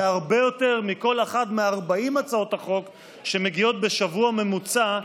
זה הרבה יותר מכל אחת מ-40 הצעות החוק שמגיעות בשבוע ממוצע,